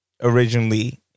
originally